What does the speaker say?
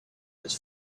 his